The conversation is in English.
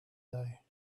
day